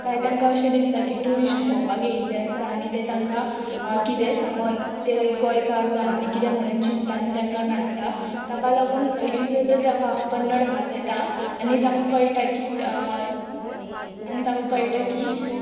कांय तांकां अशें दिसता की ट्युरिस्ट भोंवपाक येयल्लें आसता आनी तें तांकां किदेंय सांगोन ते गोंयकार जावं आनी किदें म्हणून चित्ता आनी तांकां नाडटा ताका लागून इफ जर ताका कन्नड भास येता आनी ताका कळटा की आनी ताका कळटा की